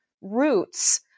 roots